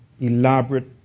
elaborate